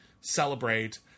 celebrate